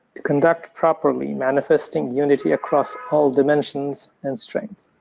conduct properly, manifesting unity across all dimensions and strength.